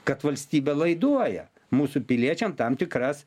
kad valstybė laiduoja mūsų piliečiam tam tikras